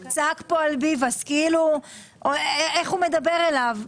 הוא צעק כאן על ביבס איך הוא מדבר אליו.